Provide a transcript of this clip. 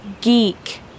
Geek